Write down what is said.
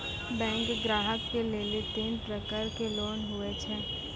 Bank ग्राहक के लेली तीन प्रकर के लोन हुए छै?